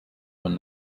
when